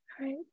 right